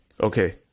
Okay